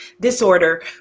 disorder